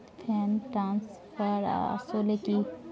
Fund transfer আসলে কী?